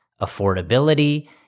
affordability